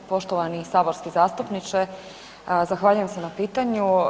Poštovani saborski zastupniče, zahvaljujem se na pitanju.